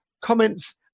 comments